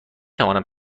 توانم